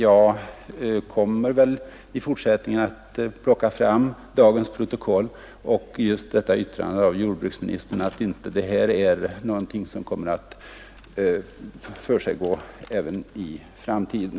Jag kommer väl i fortsättningen att plocka fram dagens protokoll och citera detta yttrande av jordbruksministern, att sådant inte kommer att försiggå i framtiden.